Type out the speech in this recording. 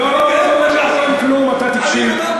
לא לא לא, אתה תקשיב.